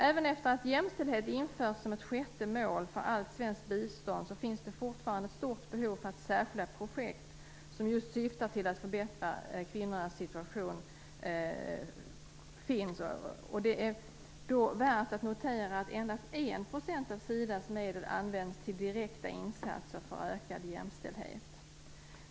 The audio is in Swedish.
Även efter att jämställdhet införts som ett sjätte mål för allt svenskt bistånd finns det ett stort behov för särskilda projekt som just syftar till att förbättra kvinnornas situation. Det är värt att notera att endast 1 % av SIDA:s medel används till direkta insatser för ökad jämställdhet.